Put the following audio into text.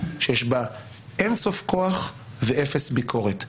שיש בה אין-סוף כוח ואפס ביקורת.